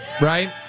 right